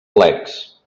plecs